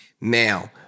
Now